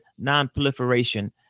Nonproliferation